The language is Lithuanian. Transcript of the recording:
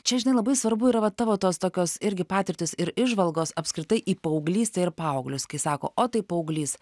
čia žinai labai svarbu yra va tavo tos tokios irgi patirtys ir įžvalgos apskritai į paauglystę ir paauglius kai sako tai paauglys